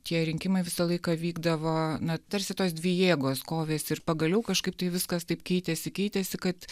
tie rinkimai visą laiką vykdavo na tarsi tos dvi jėgos kovėsi ir pagaliau kažkaip tai viskas taip keitėsi keitėsi kad